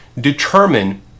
determine